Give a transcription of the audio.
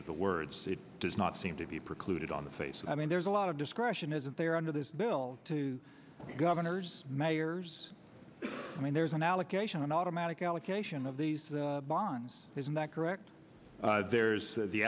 of the words it does not seem to be precluded on the face i mean there's a lot of discretion isn't there under this bill to governors mayors i mean there's an allocation an automatic allocation of these bonds isn't that correct there's